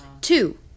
Two